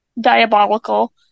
diabolical